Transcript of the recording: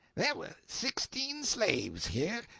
there were sixteen slaves here.